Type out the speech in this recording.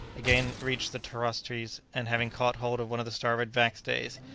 again reached the cross-trees, and having caught hold of one of the starboard backstays,